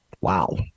Wow